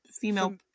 female